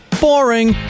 boring